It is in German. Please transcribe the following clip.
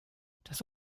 das